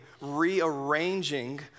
rearranging